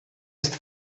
ist